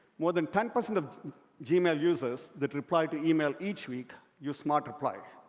more than ten percent of gmail users that reply to email each week use smart reply,